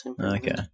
Okay